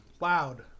Loud